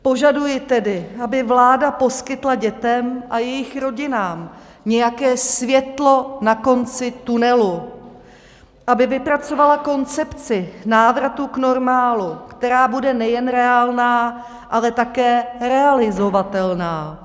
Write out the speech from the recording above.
Požaduji tedy, aby vláda poskytla dětem a jejich rodinám nějaké světlo na konci tunelu, aby vypracovala koncepci návratu k normálu, která bude nejen reálná, ale také realizovatelná.